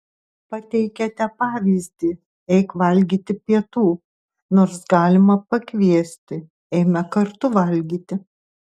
pateikiate pavyzdį eik valgyti pietų nors galima pakviesti eime kartu valgyti